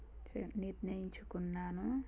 చే నిర్ణయించుకున్నాను